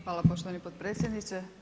Hvala poštovani potpredsjedniče.